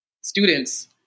students